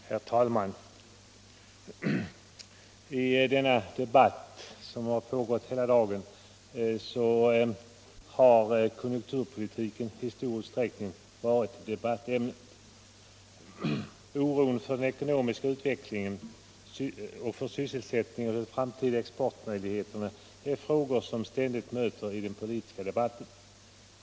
Herr talman! I denna debatt, som pågått hela dagen, har konjunkturpolitiken varit huvudämnet. Oron för den ekonomiska utvecklingen, sysselsättningen och de framtida exportmöjligheterna är frågor som ständigt möter i den politiska debatten.